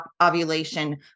ovulation